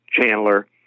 Chandler